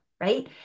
right